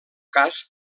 cas